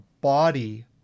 body